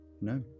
No